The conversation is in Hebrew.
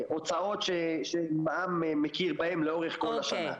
הוצאות שמע"מ מכיר בהן לאורך כל השנה.